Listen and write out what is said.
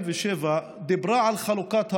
מ-47' דיברה על חלוקת הארץ.